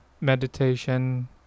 meditation